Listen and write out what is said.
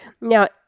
Now